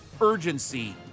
urgency